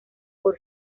por